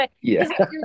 yes